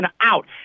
out